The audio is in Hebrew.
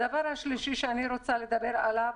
הדבר השלישי שאני רוצה לדבר עליו,